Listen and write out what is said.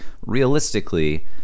realistically